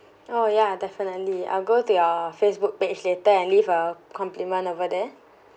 oh ya definitely I'll go to your facebook page later and leave a compliment over there